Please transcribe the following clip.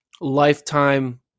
lifetime